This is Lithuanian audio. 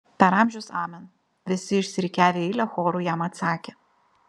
per amžius amen visi išsirikiavę į eilę choru jam atsakė